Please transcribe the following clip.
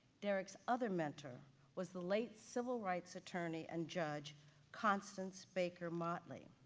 derrick's other mentor was the late civil rights attorney and judge constance baker motley.